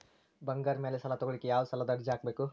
ಬಂಗಾರದ ಮ್ಯಾಲೆ ಸಾಲಾ ತಗೋಳಿಕ್ಕೆ ಯಾವ ಸಾಲದ ಅರ್ಜಿ ಹಾಕ್ಬೇಕು?